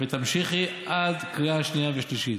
תמשיכי עד קריאה שנייה ושלישית,